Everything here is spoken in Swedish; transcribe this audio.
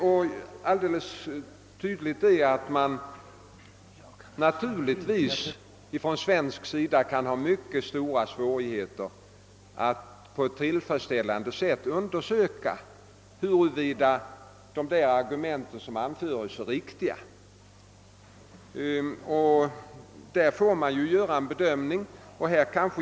Och alldeles tydligt är att vi på svensk sida kan ha mycket stora svårigheter att på ett tillfredsställande sätt undersöka huruvida de argument som anförs är riktiga. Därvidlag får en bedömning göras.